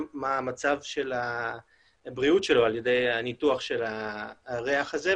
מה המצב של הבריאות שלו על ידי הניתוח של הריח הזה,